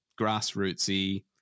grassrootsy